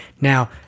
Now